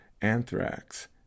Anthrax